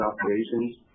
operations